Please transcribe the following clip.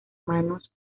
manos